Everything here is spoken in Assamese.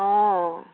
অঁ অঁ